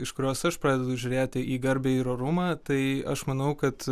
iš kurios aš pradedu žiūrėti į garbę ir orumą tai aš manau kad